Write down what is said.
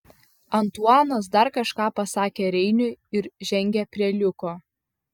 antuanas dar kažką pasakė reiniui ir žengė prie liuko